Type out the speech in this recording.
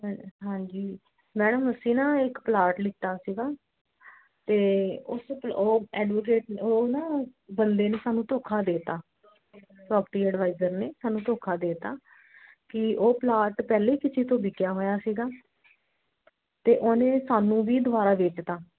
ਹਾਂਜੀ ਮੈਡਮ ਅਸੀਂ ਨਾ ਇੱਕ ਪਲਾਟ ਲਿਤਾ ਸੀਗਾ ਅਤੇ ਉਸ ਉਹ ਐਡਵੋਕੇਟ ਉਹ ਨਾ ਬੰਦੇ ਨੇ ਸਾਨੂੰ ਧੋਖਾ ਦੇ ਤਾ ਪ੍ਰੋਪਰਟੀ ਐਡਵਾਈਜ਼ਰ ਨੇ ਸਾਨੂੰ ਧੋਖਾ ਦੇ ਤਾਂ ਕਿ ਉਹ ਪਲਾਟ ਪਹਿਲਾਂ ਹੀ ਕਿਸੇ ਤੋਂ ਵਿਕਿਆ ਹੋਇਆ ਸੀਗਾ ਅਤੇ ਉਹਨੇ ਸਾਨੂੰ ਵੀ ਦੁਬਾਰਾ ਵੇਚਤਾ